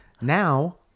Now